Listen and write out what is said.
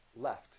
left